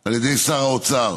על ידי שר האוצר,